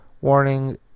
warning